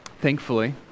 thankfully